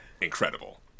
incredible